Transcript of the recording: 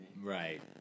Right